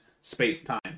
space-time